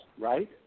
right